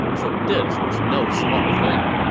so this was no small thing.